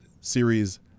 Series